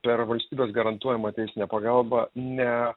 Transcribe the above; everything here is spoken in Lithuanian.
per valstybės garantuojamą teisinę pagalbą ne